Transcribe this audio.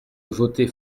voter